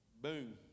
Boom